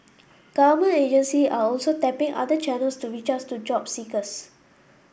government agency are also tapping other channels to reach out to job seekers